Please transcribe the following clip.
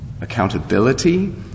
accountability